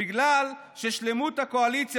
בגלל ששלמות הקואליציה,